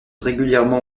régulièrement